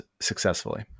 successfully